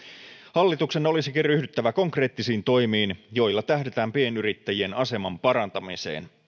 hallituksen olisikin ryhdyttävä konkreettisiin toimiin joilla tähdätään pienyrittäjien aseman parantamiseen